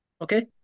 okay